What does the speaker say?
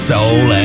Soul